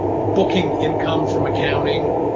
booking income from accounting,